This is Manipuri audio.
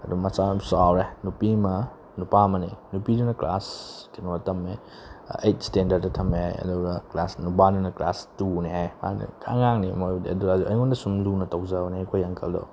ꯑꯗꯨꯝ ꯃꯆꯥꯗꯣ ꯆꯥꯎꯔꯦ ꯅꯨꯄꯤ ꯑꯃ ꯅꯨꯄꯥ ꯑꯃꯅꯤ ꯅꯨꯄꯤꯗꯨꯅ ꯀ꯭ꯂꯥꯁ ꯀꯩꯅꯣ ꯇꯝꯃꯦ ꯑꯩꯠ ꯏꯁꯇꯦꯟꯗꯔꯠꯇ ꯊꯝꯃꯦ ꯑꯗꯨꯒ ꯀ꯭ꯂꯥꯁ ꯅꯨꯄꯥꯗꯨꯅ ꯀ꯭ꯂꯥꯁ ꯇꯨꯅꯦ ꯑꯗꯨꯅ ꯑꯉꯥꯡꯅꯦ ꯃꯣꯏꯕꯨꯗꯤ ꯑꯗꯣ ꯑꯣꯏꯇꯥꯔꯁꯨ ꯑꯩꯉꯣꯟꯗ ꯁꯨꯝ ꯂꯨꯅ ꯇꯧꯖꯕꯅꯦ ꯑꯩꯈꯣꯏ ꯑꯪꯀꯜꯗꯣ